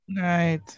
right